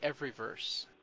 Everyverse